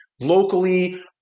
locally